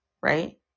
right